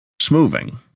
Smoothing